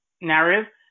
narrative